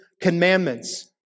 commandments